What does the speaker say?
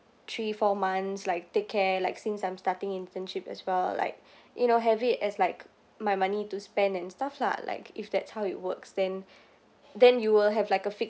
three four months like take care like since I'm starting internship as well like you know have it as like my money to spend and stuff lah like if that's how it works then then you will have like a fixed